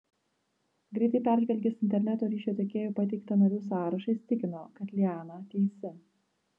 greitai peržvelgęs interneto ryšio tiekėjo pateiktą narių sąrašą įsitikino kad liana teisi